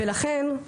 ולכן,